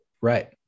Right